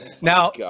Now